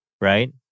right